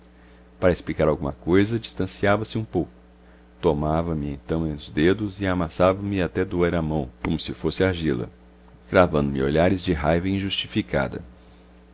para explicar alguma coisa distanciava se um pouco tomava me então os dedos e amassava me até doer a mão como se fosse argila cravando me olhares de raiva injustificada